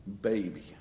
baby